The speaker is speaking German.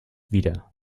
wieder